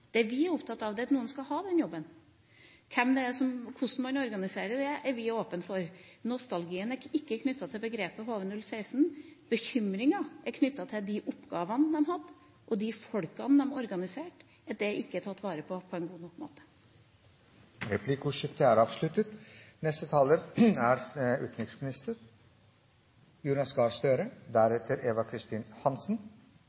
Det vi er opptatt av, er at noen skal ha den jobben. Hvem det er, og hvordan man organiserer dette, er vi åpne for. Nostalgien er ikke knyttet til begrepet HV-016. Bekymringa er knyttet til de oppgavene de hadde, og de folkene de organiserte, og at det ikke er tatt vare på på en god nok måte. Replikkordskiftet er avsluttet. Jeg vil få si at dette er